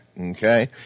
Okay